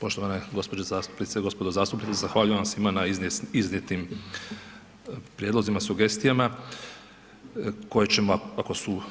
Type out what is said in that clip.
Poštovane gđe. zastupnice i gospodo zastupnici, zahvaljujem vam svima na iznijetim prijedlozima i sugestijama koje ćemo, ako su